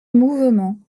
mouvement